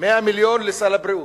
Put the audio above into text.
100 מיליון לשר הבריאות,